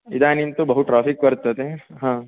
इदानीं तु बहु ट्रोफ़िक् वर्तते ह